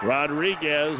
Rodriguez